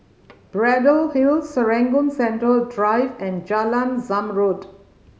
Braddell Hill Serangoon Central Drive and Jalan Zamrud